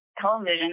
television